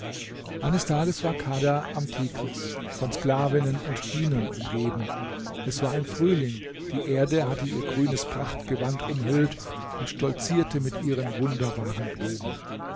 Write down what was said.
eines tages war kadha am tigris von sklavinnen und dienern umgeben es war im frühling die erde hatte ihr grünes prachtgewand umhüllt und stolzierte mit ihren wunderbaren blumen